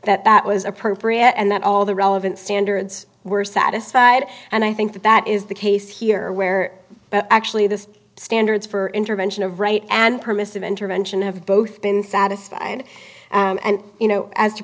that that was appropriate and that all the relevant standards were satisfied and i think that that is the case here where actually the standards for intervention of right and permissive intervention have both been satisfied and you know as to